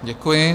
Děkuji.